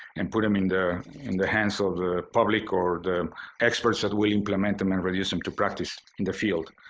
and put them in the in the hands of the public or the experts that will implement them and release them to practice in the field,